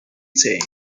saying